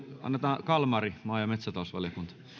annetaan vuoro kalmarille maa ja metsätalousvaliokunta